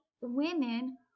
women